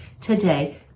today